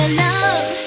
love